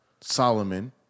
Solomon